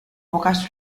pocas